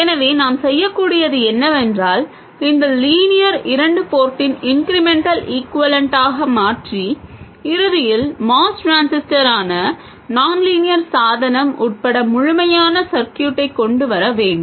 எனவே நாம் செய்ய வேண்டியது என்னவென்றால் இதை லீனியர் இரண்டு போர்ட்டின் இன்க்ரிமென்டல் ஈக்வேலன்ட்டாக மாற்றி இறுதியில் MOS டிரான்சிஸ்டரான நான் லீனியர் சாதனம் உட்பட முழுமையான சர்க்யூட்டைக் கொண்டு வர வேண்டும்